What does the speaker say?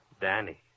Danny